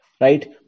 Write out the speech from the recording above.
right